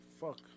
Fuck